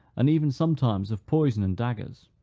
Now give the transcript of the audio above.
and even sometimes of poison and daggers.